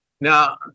Now